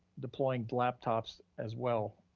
deploying the laptops as well,